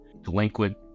delinquent